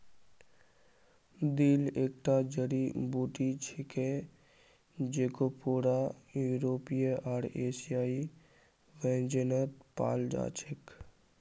dill एकता जड़ी बूटी छिके जेको पूरा यूरोपीय आर एशियाई व्यंजनत पाल जा छेक